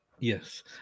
Yes